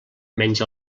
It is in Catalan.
menys